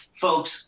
Folks